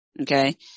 Okay